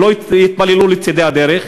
הם לא יתפללו בצדי הדרך,